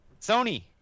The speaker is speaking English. Sony